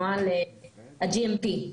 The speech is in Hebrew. נוהל ה-GMP.